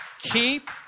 Keep